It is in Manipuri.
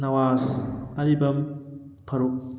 ꯅꯋꯥꯖ ꯑꯔꯤꯕꯝ ꯐꯥꯔꯨꯛ